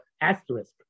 asterisk